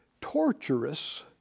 torturous